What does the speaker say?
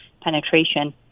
penetration